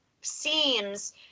seems